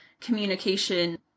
communication